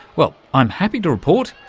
well, i'm happy to report,